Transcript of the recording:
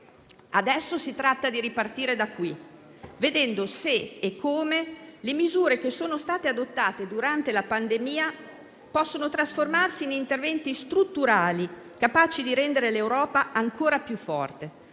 Adesso si tratta di ripartire da qui, vedendo se e come le misure adottate durante la pandemia possano trasformarsi in interventi strutturali, capaci di rendere l'Europa ancora più forte.